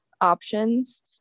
options